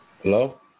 Hello